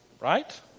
Right